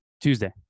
Tuesday